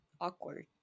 awkward